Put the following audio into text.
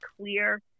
clear